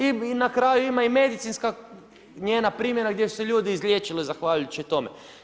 I na kraju ima i medicinska njena primjena gdje su se ljudi izliječili zahvaljujući tome.